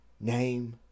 name